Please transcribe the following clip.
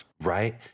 Right